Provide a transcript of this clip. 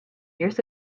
years